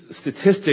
statistics